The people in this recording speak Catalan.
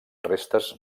restes